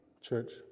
Church